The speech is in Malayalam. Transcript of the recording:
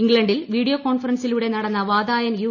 ഇംഗ്ലിൽ വീഡിയോ കോൺഫറൻസിലൂടെ നടന്ന വാതായൻ യു